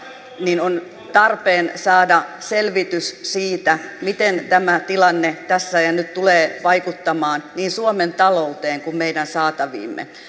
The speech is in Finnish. niin on tarpeen saada selvitys siitä miten tämä tilanne tässä ja nyt tulee vaikuttamaan niin suomen talouteen kuin meidän saataviimme